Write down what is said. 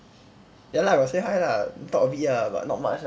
ya lah got say hi lah talk a bit ah but not much ah